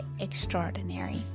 extraordinary